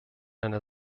einer